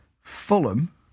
Fulham